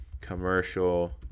commercial